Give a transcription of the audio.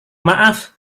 maaf